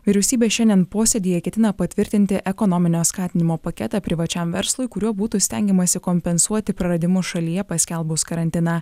vyriausybė šiandien posėdyje ketina patvirtinti ekonominio skatinimo paketą privačiam verslui kuriuo būtų stengiamasi kompensuoti praradimus šalyje paskelbus karantiną